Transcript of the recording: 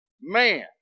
Man